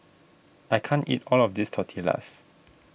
I can't eat all of this Tortillas